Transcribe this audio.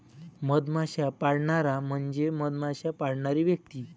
मधमाश्या पाळणारा म्हणजे मधमाश्या पाळणारी व्यक्ती